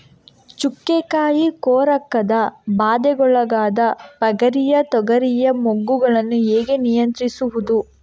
ಚುಕ್ಕೆ ಕಾಯಿ ಕೊರಕದ ಬಾಧೆಗೊಳಗಾದ ಪಗರಿಯ ತೊಗರಿಯ ಮೊಗ್ಗುಗಳನ್ನು ಹೇಗೆ ನಿಯಂತ್ರಿಸುವುದು?